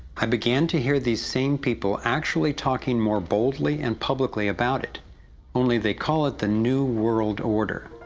i began to hear these same people actually talking more boldly and publicly about it only they call it the new world order.